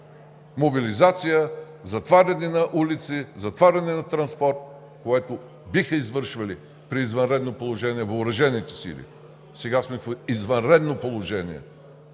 мобилизация, затваряне на улици, затваряне на транспорт, които биха извършвали при извънредно положение въоръжените сили. Сега сме в извънредно положение